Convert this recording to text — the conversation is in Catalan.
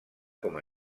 com